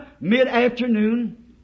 mid-afternoon